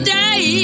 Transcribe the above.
day